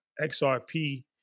XRP